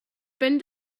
been